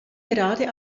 gerade